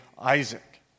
Isaac